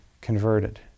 converted